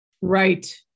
Right